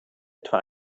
etwa